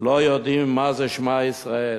לא יודעים מה זה "שמע ישראל",